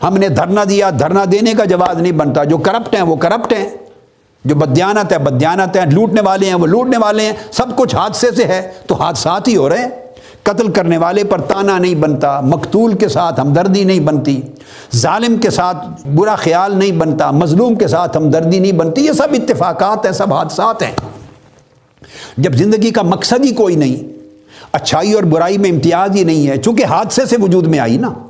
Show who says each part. Speaker 1: ہم نے دھرنا دیا، دھرنا دینے کا جواز نہیں بنتا۔ جو corrupt ہیں وہ corrupt ہیں۔ جو بدیانت ہے، بدیانت ہیں۔ لوٹنے والے ہیں، وہ لوٹنے والے ہیں۔ سب کچھ حادثے سے ہے تو حادثات ہی ہو رہے ہیں۔ قتل کرنے والے پر تانا نہیں بنتا، مقتول کے ساتھ ہمدردی نہیں بنتی، ظالم کے ساتھ برا خیال نہیں بنتا، مظلوم کے ساتھ ہمدردی نہیں بنتی، یہ سب اتفاقات ہیں، سب حادثات ہیں۔ جب زندگی کا مقصد ہی کوئی نہیں، اچھائی اور برائی میں امتیاز ہی نہیں ہے، چونکہ حادثے سے وجود میں آئی نا۔